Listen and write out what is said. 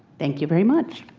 thank you very much.